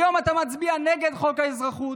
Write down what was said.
היום אתה מצביע נגד חוק האזרחות,